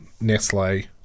Nestle